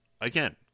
again